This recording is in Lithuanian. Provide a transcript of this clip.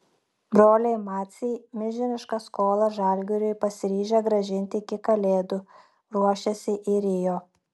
broliai maciai milžinišką skolą žalgiriui pasiryžę grąžinti iki kalėdų ruošiasi į rio